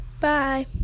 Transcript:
Bye